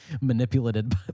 manipulated